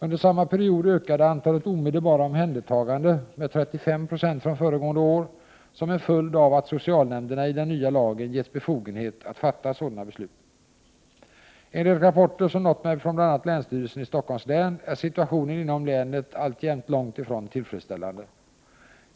Under samma period ökade antalet omedelbara omhändertaganden med 35 Yo från föregående år som en följd av att socialnämnderna i den nya lagen getts befogenhet att fatta sådana beslut. Enligt rapporter som nått mig från bl.a. länsstyrelsen i Stockholms län är situationen inom länet alltjämt långt ifrån tillfredsställande.